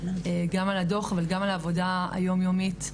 גם על הדוח וגם על העבודה היומיומית ,